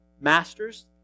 Masters